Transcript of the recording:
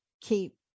keep